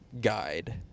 guide